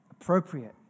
appropriate